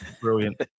Brilliant